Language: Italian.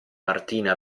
martina